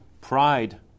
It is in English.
Pride